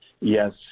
yes